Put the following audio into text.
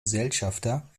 gesellschafter